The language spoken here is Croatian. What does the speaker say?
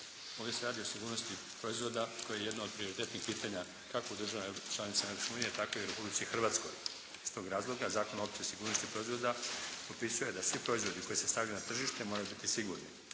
Ovdje se radi o sigurnosti proizvoda koje je jedno od prioritetnih pitanja kako u državama članicama Europske unije, tako i u Republici Hrvatskoj. Iz tog razloga Zakon o općoj sigurnosti proizvoda propisuje da svi proizvodi koji se stavljaju na tržište moraju biti sigurni.